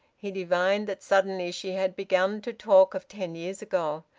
he divined that suddenly she had begun to talk of ten years ago.